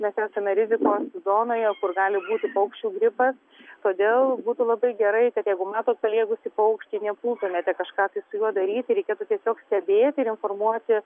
mes esame rizikos zonoje kur gali būti paukščių gripas todėl būtų labai gerai kad jeigu matot paliegusį paukštį nepultumėte kažką tai su juo daryti reikėtų tiesiog stebėti ir informuoti